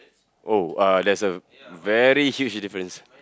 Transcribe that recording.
oh uh there's a very huge difference